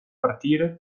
partire